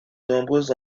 nombreux